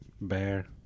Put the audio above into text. Bear